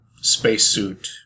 spacesuit